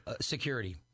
security